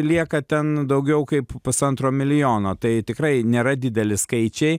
lieka ten daugiau kaip pusantro milijono tai tikrai nėra dideli skaičiai